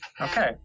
Okay